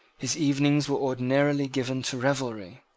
his evenings were ordinarily given to revelry.